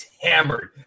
hammered